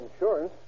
insurance